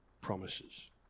promises